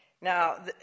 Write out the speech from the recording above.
Now